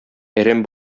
әрәм